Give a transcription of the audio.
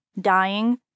dying